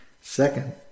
Second